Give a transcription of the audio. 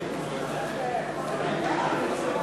חברי הכנסת,